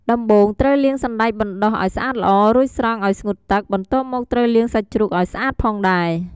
ដំបូងត្រូវលាងសណ្ដែកបណ្ដុះឱ្យស្អាតល្អ រួចស្រង់ឱ្យស្ងួតទឹក បន្ទាប់មកត្រូវលាងសាច់ជ្រូកឱ្យស្អាតផងដែរ។